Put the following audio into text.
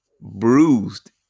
bruised